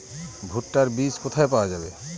ভুট্টার বিজ কোথায় পাওয়া যাবে?